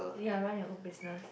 ya run your own business